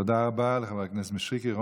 תודה רבה לחבר הכנסת מישרקי.